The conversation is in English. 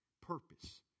purpose